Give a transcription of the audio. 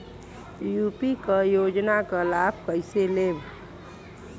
UP क योजना क लाभ कइसे लेब?